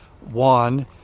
One